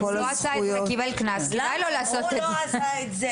הוא לא עשה את זה